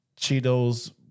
Cheetos